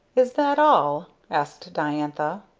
is that all? asked diantha.